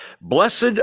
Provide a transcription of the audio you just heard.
Blessed